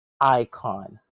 icon